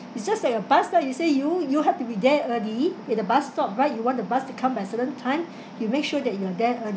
it's just like your bus lah you say you you have to be there early at the bus stop right you want the bus the come by certain time you make sure that you are there early